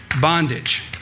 bondage